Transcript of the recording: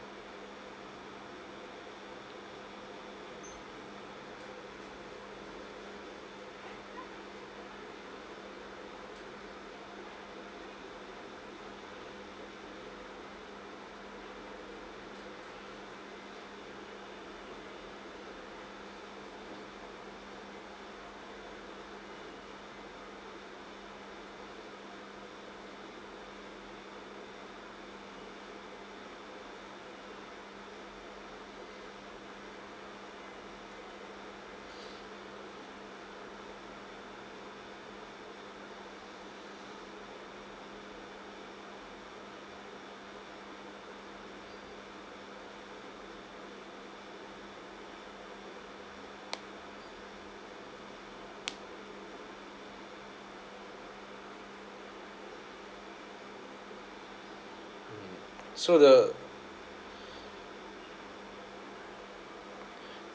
so the